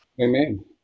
Amen